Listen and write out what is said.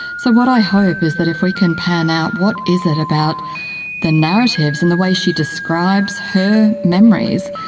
so what i hope is that if we can pan out what is it about the narratives and the way she describes her memories,